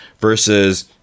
versus